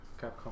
Capcom